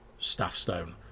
Staffstone